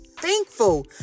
thankful